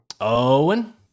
Owen